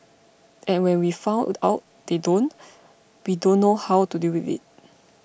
and when we found out they don't we don't know how to deal with it